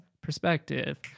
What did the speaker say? perspective